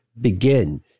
begin